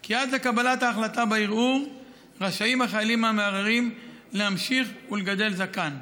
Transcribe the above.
כי עד לקבלת ההחלטה בערעור רשאים החיילים המערערים להמשיך ולגדל זקן.